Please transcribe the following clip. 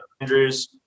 Andrews